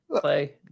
Play